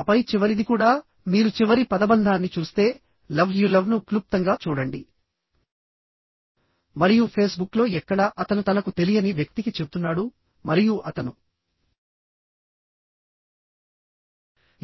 ఆపై చివరిది కూడా మీరు చివరి పదబంధాన్ని చూస్తే లవ్ యు లవ్ ను క్లుప్తంగా చూడండి మరియు ఫేస్బుక్లో ఎక్కడ అతను తనకు తెలియని వ్యక్తికి చెప్తున్నాడు మరియు అతను